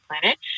Planet